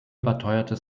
überteuerte